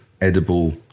edible